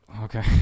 okay